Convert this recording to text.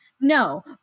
no